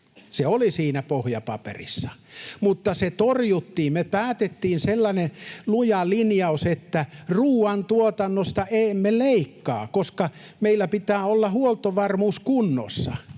Se oli siinä pohjapaperissa, mutta se torjuttiin. Me päätettiin sellainen luja linjaus, että ruoantuotannosta emme leikkaa, koska meillä pitää olla huoltovarmuus kunnossa.